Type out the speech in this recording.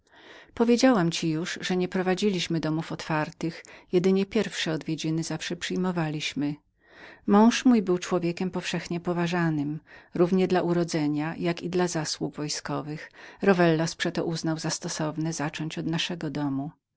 powiedziałam ci już że domy nasze były zamknięte wyjąwszy dla pierwszych odwiedzin które zawsze przyjmowaliśmy mój mąż był człowiekiem powszechnie ważonym równie dla urodzenia jako dla zasług wojskowych rowellas przeto uznał za stosowne zacząć od naszego domu